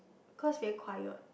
cause very quiet